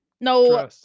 No